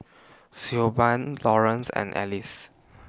Siobhan Lawrance and Elise